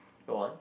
go on